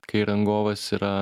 kai rangovas yra